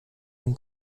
dem